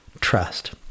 trust